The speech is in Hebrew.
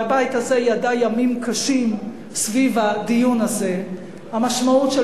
והבית הזה ידע ימים קשים סביב הדיון הזה: המשמעות של